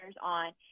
on